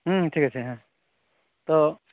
ᱦᱩᱸ ᱴᱷᱤᱠ ᱟᱪᱪᱷᱮ ᱦᱮᱸ ᱛᱚ